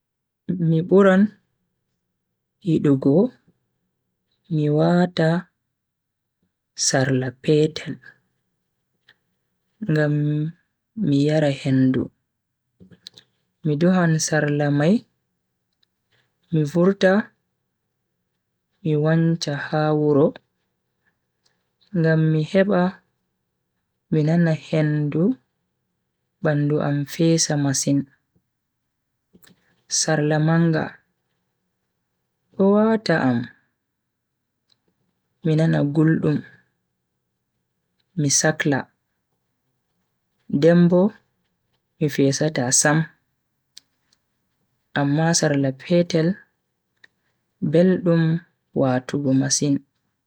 Mi buran yidugo mi wata sarla petel ngam mi yara hendu. mi duhan sarla mai mi vurta mi wancha ha wuro ngam mi heba mi nana hendu bandu am fesa masin. sarla manga do wata am mi nana guldum mi sakla den bo mi fesata Sam amma sarla petel beldum watugo masin.